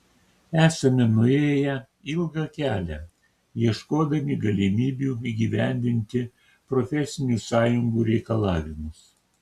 esame nuėję ilgą kelią ieškodami galimybių įgyvendinti profesinių sąjungų reikalavimus